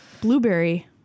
Blueberry